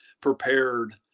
prepared